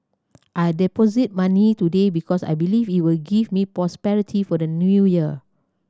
I deposited money today because I believe it will give me prosperity for the New Year